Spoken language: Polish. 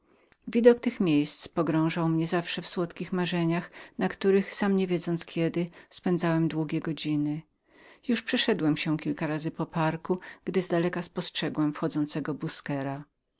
widok tych miejscemiejsc pogrążał mnie zawsze w słodkich marzeniach na których sam niewiedząc kiedy spędzałem długie godziny już przeszedłem się był kilka razy po ogrodzie gdy zdaleka spostrzegłem wchodzącego busquera